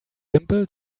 simple